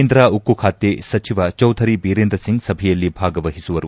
ಕೇಂದ್ರ ಉಕ್ಕು ಖಾತೆ ಸಚಿವ ಚೌಧರಿ ಬೀರೇಂದ್ರಸಿಂಗ್ ಸಭೆಯಲ್ಲಿ ಭಾಗವಹಿಸುವರು